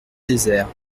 désert